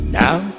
now